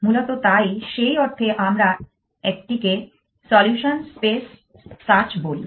মূলত তাই সেই অর্থে আমরা একটিকে সলিউশনস স্পেস সার্চ বলি